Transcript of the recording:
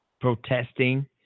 protesting